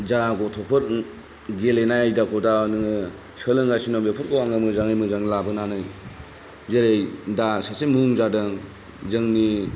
जा गथ'फोर गेलेनाय आयदाखौ दा नोङो सोलोंगासिनो बेफोरखौ आङो मोजाङै मोजां जेरै दा सासे मुं जादों जोंनि